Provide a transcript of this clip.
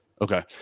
okay